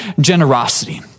generosity